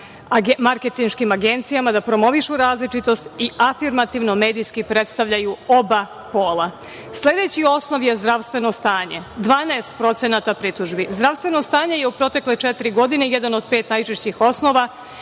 marketinškim agencijama da promovišu različitost i afirmativno medijski predstavljaju oba pola. Sledeći osnov je zdravstveno stanje, 12% pritužbi. Zdravstveno stanje je u protekle četiri godine jedan od pet najčešćih osnova